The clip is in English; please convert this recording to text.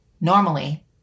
Normally